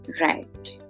Right